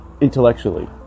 intellectually